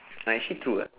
ya actually true ah